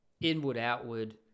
inward-outward